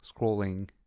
scrolling